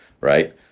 right